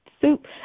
soup